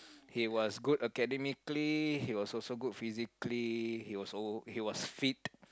he was good academically he was also good physically he was al~ he was fit